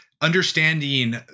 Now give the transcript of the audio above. understanding